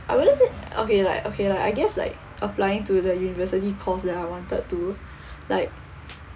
I wouldn't say okay like okay like I guess like applying to the university course that I wanted to like